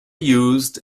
used